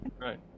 Right